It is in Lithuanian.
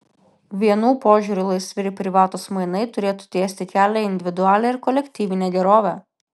vienų požiūriu laisvi ir privatūs mainai turėtų tiesti kelią į individualią ir kolektyvinę gerovę